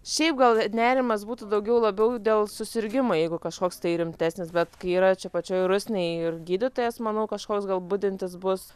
šiaip gal nerimas būtų daugiau labiau dėl susirgimo jeigu kažkoks tai rimtesnis bet kai yra čia pačioj rusnėj ir gydytojas manau kažkoks gal budintis bus